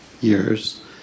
years